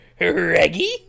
Reggie